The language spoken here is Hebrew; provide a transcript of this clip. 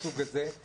בעזרת ה',